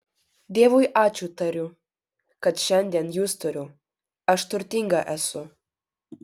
dievui ačiū tariu kad šiandien jus turiu aš turtinga esu